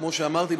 כמו שאמרתי,